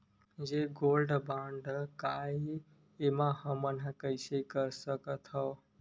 ये gold bond काय ए एमा हमन कइसे कर सकत हव?